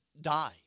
die